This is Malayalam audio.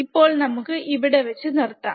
ഇപ്പോൾ നമുക്ക് ഇവിടെ വച്ചു നിർത്താം